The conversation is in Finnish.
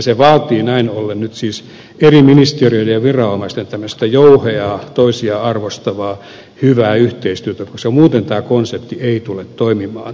se vaatii näin ollen nyt siis eri ministeriöiden ja viranomaisten jouheaa toisiaan arvostavaa hyvää yhteistyötä koska muuten tämä konsepti ei tule toimimaan